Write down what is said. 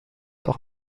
auch